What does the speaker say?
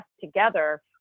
together